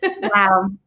Wow